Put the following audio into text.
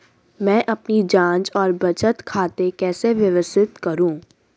मैं अपनी जांच और बचत खाते कैसे व्यवस्थित करूँ?